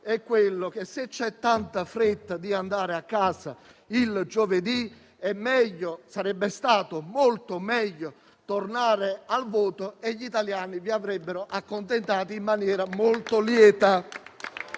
è che, se c'è tanta fretta di andare a casa il giovedì, sarebbe stato molto meglio tornare al voto. Gli italiani vi avrebbero accontentato in maniera molto lieta.